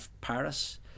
Paris